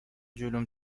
جلوم